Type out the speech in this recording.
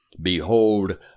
Behold